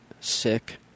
sick